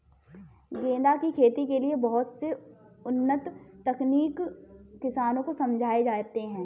गेंदा की खेती के लिए बहुत से उन्नत तकनीक किसानों को समझाए जाते हैं